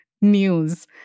news